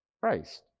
Christ